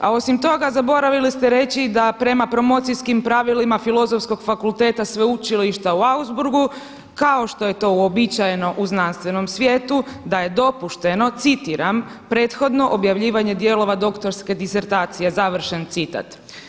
A osim toga zaboravili ste reći da prema promocijskim pravilima Filozofskog fakulteta Sveučilišta u Augsburgu, kao što je to uobičajeno u znanstvenom svijetu da je dopušteno, citiram: „Prethodno objavljivanje dijelova doktorske disertacije.“ Završen citat.